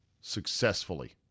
successfully